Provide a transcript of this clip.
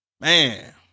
Man